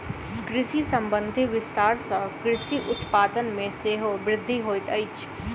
कृषि संबंधी विस्तार सॅ कृषि उत्पाद मे सेहो वृद्धि होइत अछि